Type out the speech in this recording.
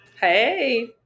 Hey